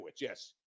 yes